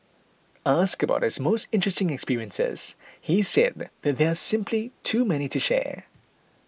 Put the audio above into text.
asked about his most interesting experiences he said that there are simply too many to share